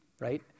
right